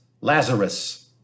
Lazarus